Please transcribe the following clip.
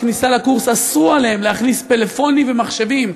בכניסה לקורס אסרו עליהם להכניס פלאפונים ומחשבים,